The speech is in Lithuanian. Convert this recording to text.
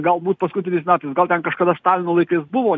galbūt paskutiniais metais gal ten kažkada stalino laikais buvo